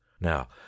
now